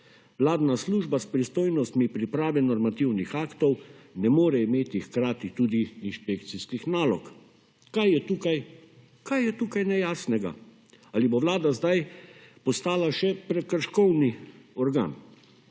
Vladna služba s pristojnostmi pripravi normativnih aktov ne more imeti hkrati tudi inšpekcijskih nalog. Kaj je tukaj nejasnega? Ali bo Vlada sedaj postala še prekrškovni organ?